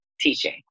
teaching